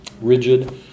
rigid